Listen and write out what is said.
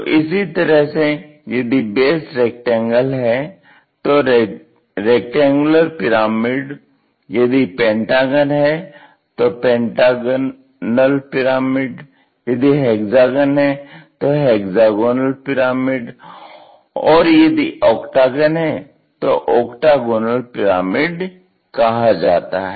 तो इसी तरह से यदि बेस रैक्टेंगल है तो रैक्टेंगुलर पिरामिड यदि पेंटागन है तो पेंटागनल पिरामिड यदि हेक्सागन है तो हेक्सागोनल पिरामिड और यदि ऑक्टागन है तो ऑक्टागोनल पिरामिड कहा जाता है